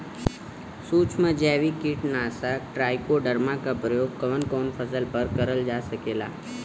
सुक्ष्म जैविक कीट नाशक ट्राइकोडर्मा क प्रयोग कवन कवन फसल पर करल जा सकेला?